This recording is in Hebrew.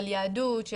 של יהדות,